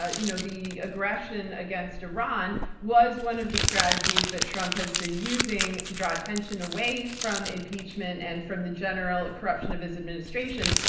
ah you know the aggression against iran was one of the strategies that trump has been using to draw attention away from impeachment and from the general corruption of his administration.